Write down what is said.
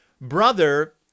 Brother